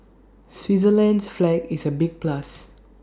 Switzerland's flag is A big plus